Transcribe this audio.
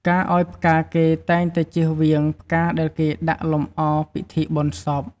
ការឱ្យផ្កាគេតែងតែជៀសវាងផ្កាដែលគេដាក់លំអពិធីបុណ្យសព។